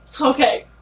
Okay